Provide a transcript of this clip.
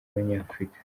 b’abanyafurika